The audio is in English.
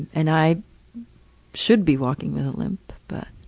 and i should be walking with a limp but